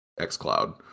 xCloud